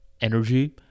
energy